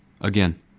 again